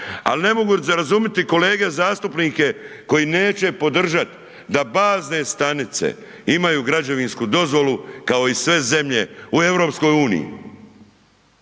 Ali ne mogu za razumjeti kolege zastupnike koji neće podržati da bazne stanice imaju građevinsku dozvolu kao i sve zemlje u EU.